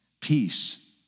Peace